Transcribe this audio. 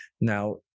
Now